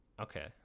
Okay